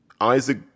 Isaac